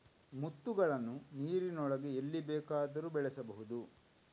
ಮುತ್ತುಗಳನ್ನು ನೀರಿನೊಳಗೆ ಎಲ್ಲಿ ಬೇಕಾದರೂ ಬೆಳೆಸಬಹುದು